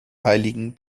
heiligen